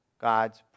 God's